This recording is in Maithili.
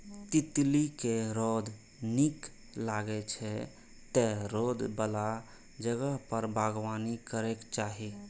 तितली कें रौद नीक लागै छै, तें रौद बला जगह पर बागबानी करैके चाही